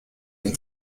and